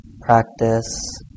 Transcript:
practice